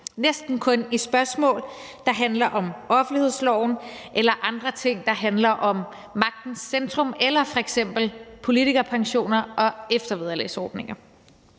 næsten kun i spørgsmål, der handler om offentlighedsloven eller andre ting, der handler om magtens centrum, eller f.eks. politikerpensioner og eftervederlagsordninger.